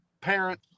parent